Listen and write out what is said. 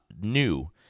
new